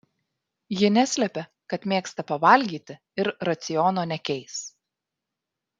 ji neslepia kad mėgsta pavalgyti ir raciono nekeis